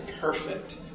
perfect